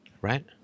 Right